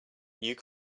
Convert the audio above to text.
you